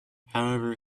however